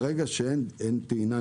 ברגע שאין טעינה,